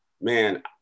man